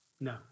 No